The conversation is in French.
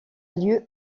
lieu